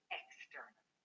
external